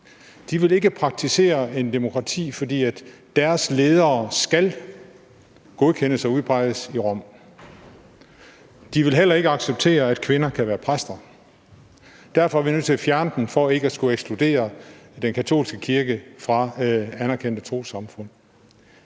de vil ikke praktisere demokrati, fordi deres ledereskal godkendes og udpeges i Rom, og de vil heller ikke acceptere, at kvinder kan være præster, og derfor var vi nødt til at fjerne den paragraf for ikke at skulle ekskludere den katolske kirke fra anerkendte trossamfund.